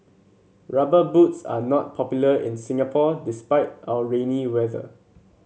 rubber boots are not popular in Singapore despite our rainy weather